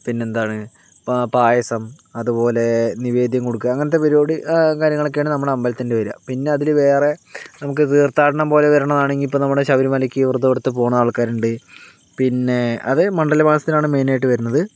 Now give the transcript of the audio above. പിന്നെന്താണ് പ പായസം അത്പോലെ നിവേദ്യം കൊടുക്കുക അങ്ങനത്തെ പരിപാടി കാര്യങ്ങളൊക്കെയാണ് നമ്മുടെ അമ്പലത്തില് വരിക പിന്നെ അതില് വേറെ നമുക്ക് തീർത്ഥാടനം പോലെ വരുന്നതാണെങ്കിൽ നമ്മുടെ ശബരിമലയ്ക്ക് വ്രതം എടുത്തു പോകുന്ന ആൾക്കാരുണ്ട് പിന്നെ അത് മണ്ഡല മാസത്തിലാണ് മെയിനായിട്ട് വരുന്നത്